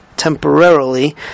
temporarily